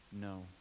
No